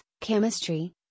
chemistry